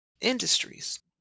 industries